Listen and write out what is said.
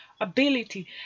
ability